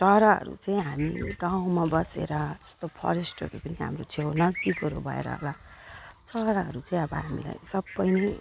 चराहरू चाहिँ हाम्रो गाउँमा बसेर त्यस्तो फरेस्टहरू पनि हाम्रो छेउमा नजदिकहरू भएर होला चराहरू चाहिँ अब हामीलाई सबै नै